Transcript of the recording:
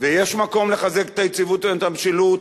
ויש מקום לחזק את היציבות והמשילות,